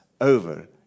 over